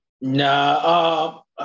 No